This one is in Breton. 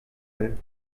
all